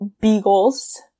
beagles